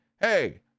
hey